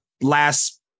last